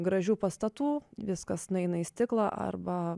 gražių pastatų viskas nueina į stiklą arba